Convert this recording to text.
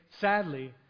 sadly